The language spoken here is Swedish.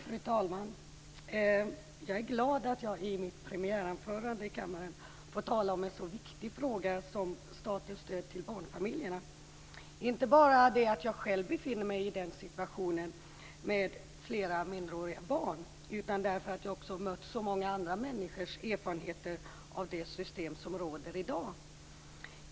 Fru talman! Jag är glad att jag i mitt premiäranförande i kammaren får tala om en så viktig fråga som statens stöd till barnfamiljerna. Det är inte bara så att jag själv befinner mig i den situationen med flera minderåriga barn utan därför att jag mött så många andra människors erfarenheter av det system som råder i dag.